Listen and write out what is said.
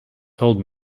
told